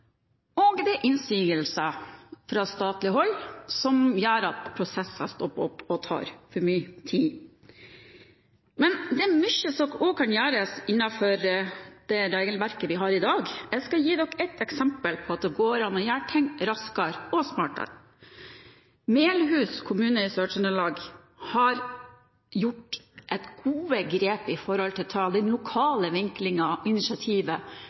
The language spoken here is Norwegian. og det er innsigelser fra statlig hold som gjør at prosesser stopper opp og tar for mye tid. Men det er mye som kan gjøres innenfor det regelverket vi har i dag. Jeg skal gi et eksempel på at det går an å gjøre ting raskere og smartere. Melhus kommune i Sør-Trøndelag har tatt gode grep for å ta